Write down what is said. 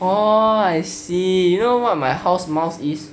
oh I see you know what my house mouse is